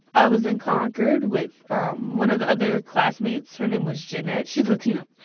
i was in concord with one of the other classmates. her name was jeanette. she's latina.